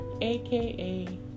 AKA